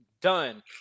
done